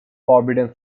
forbidden